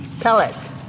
Pellets